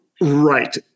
Right